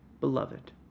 Beloved